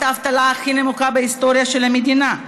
אבטלה הכי נמוכה בהיסטוריה של המדינה,